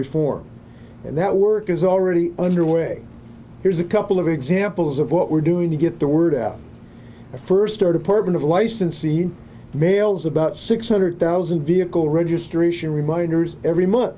reform and that work is already underway here's a couple of examples of what we're doing to get the word out first start apartment of license e mails about six hundred thousand vehicle registration reminders every month